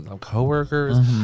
coworkers